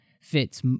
fits